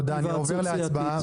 התייעצות סיעתית.